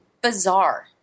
bizarre